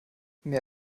mehr